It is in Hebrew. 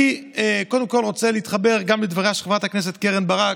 אני קודם כול רוצה להתחבר גם לדבריה של חברת הכנסת קרן ברק,